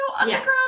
underground